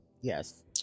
Yes